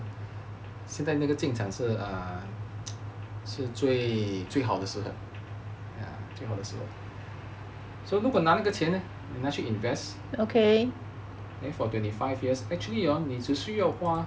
现在那个进场是 err 是最最好的时候 ya 最好的时候 so 如果拿那个钱 leh 拿去 invest then for twenty five years actually hor 你只需要花